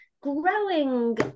growing